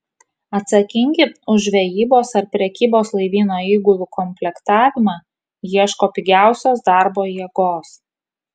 atsakingi už žvejybos ar prekybos laivyno įgulų komplektavimą ieško pigiausios darbo jėgos